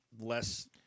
less